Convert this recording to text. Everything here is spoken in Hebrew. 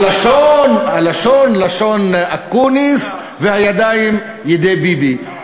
הלשון לשון אקוניס והידיים ידי ביבי.